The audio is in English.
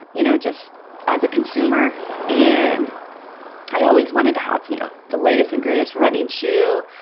you know, just as a consumer and i always wanted to have, you know, the latest and greatest running shoe,